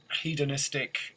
hedonistic